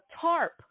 tarp